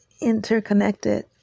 interconnected